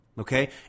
Okay